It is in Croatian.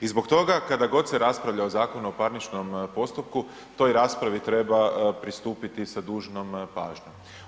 I zbog toga kada god se raspravlja o Zakonu o parničnom postupku toj raspravi treba pristupiti sa dužnom pažnjom.